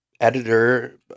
editor